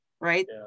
right